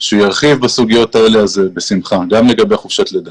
הוא יוכל להתייחס לזה וגם לחופשת לידה.